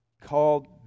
Called